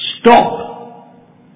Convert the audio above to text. Stop